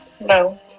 no